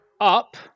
up